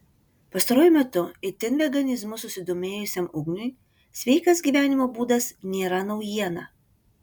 pastaruoju metu itin veganizmu susidomėjusiam ugniui sveikas gyvenimo būdas nėra naujiena